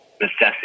necessity